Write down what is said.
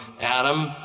Adam